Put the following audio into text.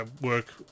work